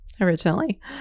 originally